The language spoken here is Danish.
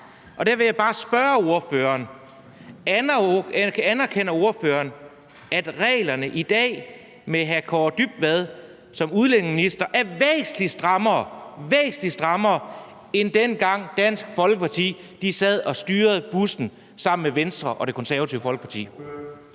Jeg vil bare spørge ordføreren, om ordføreren anerkender, at reglerne i dag med hr. Kaare Dybvad Bek som udlændingeminister er væsentlig strammere, end dengang Dansk Folkeparti sad og styrede bussen sammen med Venstre og Det Konservative Folkeparti.